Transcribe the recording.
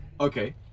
Okay